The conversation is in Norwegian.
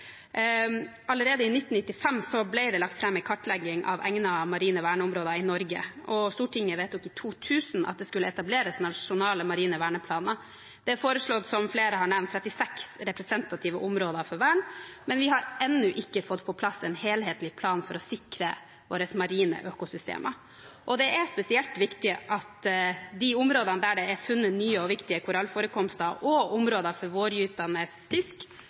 Allerede i 1995 ble det lagt fram en kartlegging av egnede marine verneområder i Norge, og Stortinget vedtok i 2000 at det skulle etableres nasjonale marine verneplaner. Det er, som flere har nevnt, foreslått 36 representative områder for vern, men vi har ennå ikke fått på plass en helhetlig plan for å sikre våre marine økosystemer. Det er spesielt viktig å sikre de områdene der det er funnet nye og viktige korallforekomster, og områder for vårgytende fisk